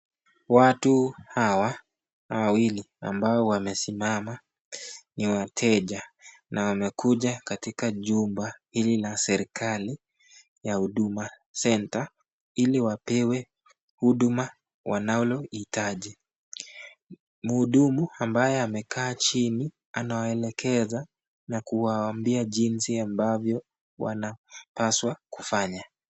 Watu hawa wawili ambao wamesimama, ni wateja na wamekuja katika jumba hili la serikali la huduma center ili wapewe huduma wanayohitaji. Mhudumu ambaye ameketi anawaelekeza na kuwaambia jinsi ambavyo wanapaswa kufanya.